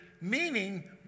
meaning